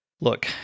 Look